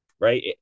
right